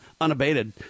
unabated